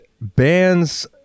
bands